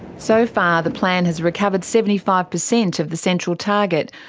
so far the plan has recovered seventy five percent of the central target,